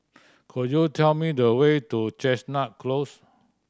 could you tell me the way to Chestnut Close